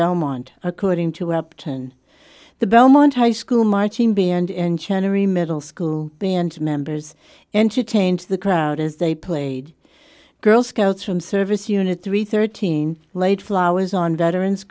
belmont according to upton the belmont high school marching band and chant every middle school band members entertained the crowd as they played girl scouts from service unit three thirteen laid flowers on veterans